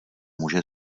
muže